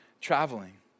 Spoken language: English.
traveling